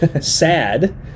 sad